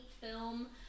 film